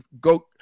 go